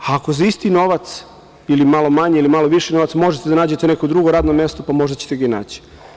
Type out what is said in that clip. Ako za isti novac, ili malo manji ili malo viši novac možete da nađete neko drugo radno mesto, pa, možda ćete ga i naći.